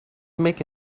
make